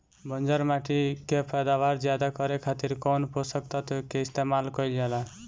बंजर माटी के पैदावार ज्यादा करे खातिर कौन पोषक तत्व के इस्तेमाल कईल जाला?